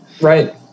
Right